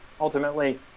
Ultimately